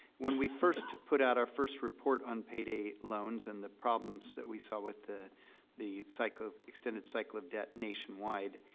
when we first put out our first report on payday loans and the problems that we saw with the the cycle extended cycle of debt, nationwide,